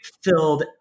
filled